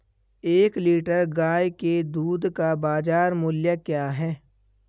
एक लीटर गाय के दूध का बाज़ार मूल्य क्या है?